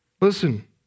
listen